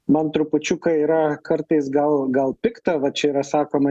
man trupučiuką yra kartais gal gal pikta va čia yra sakoma